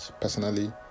personally